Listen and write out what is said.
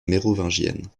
mérovingienne